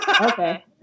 Okay